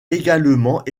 également